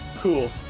cool